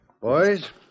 Boys